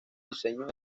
diseños